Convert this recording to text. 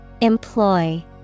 Employ